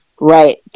Right